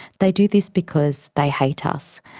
they do this because they hate us.